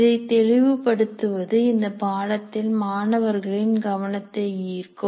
இதை தெளிவுபடுத்துவது இந்த பாடத்தில் மாணவர்களின் கவனத்தை ஈர்க்கும்